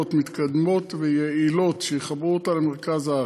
מתקדמות ויעילות שיחברו אותה למרכז הארץ.